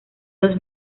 dos